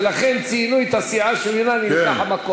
ולכן ציינו את הסיעה שממנה נלקח המקום.